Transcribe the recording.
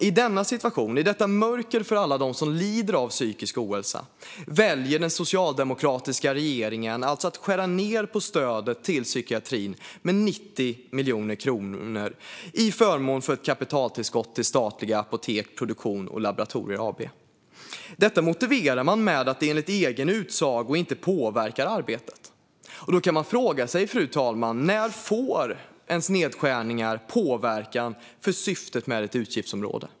I denna situation, i detta mörker för alla dem som lider av psykisk ohälsa, väljer den socialdemokratiska regeringen alltså att skära ned på stödet till psykiatrin med 90 miljoner kronor till förmån för ett kapitaltillskott till statliga Apotek Produktion & Laboratorier AB. Detta motiverar man med att det enligt egen utsago inte påverkar arbetet på området. Då kan man fråga sig, fru talman: När får ens nedskärningar påverkan på syftet med ett utgiftsområde?